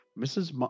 Mrs